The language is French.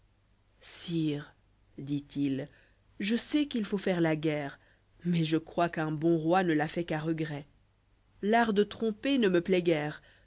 dit-il je sais qu'il faut faire la guerre mais je crois qu'un bon roi ne la fait qu'à regret l'art de tromper ne me plaît guère